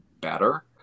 better